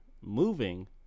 moving